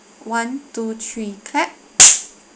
one two three clap